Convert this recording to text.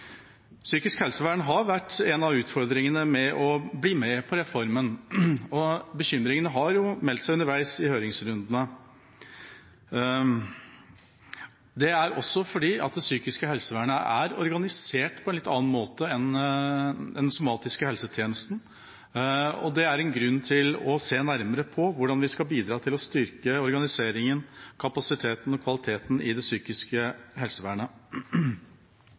Psykisk helsevern har vært en av utfordringene når det gjelder å bli med på reformen, og bekymringene har meldt seg underveis i høringsrundene. Det er også fordi det psykiske helsevernet er organisert på en litt annen måte enn den somatiske helsetjenesten, og det er en grunn til å se nærmere på hvordan vi skal bidra til å styrke organiseringen, kapasiteten og kvaliteten i det psykiske helsevernet.